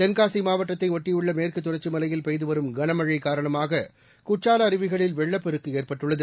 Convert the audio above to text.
தென்காசி மாவட்டத்தை ஒட்டியுள்ள மேற்கு தொடர்ச்சி மலையில் பெய்து வரும் கனமழை காரணமாக குற்றால அருவியில் வெள்ளப்பெருக்கு ஏற்பட்டுள்ளது